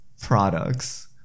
products